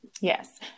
yes